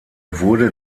wurde